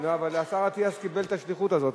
אבל אטיאס קיבל את השליחות הזאת,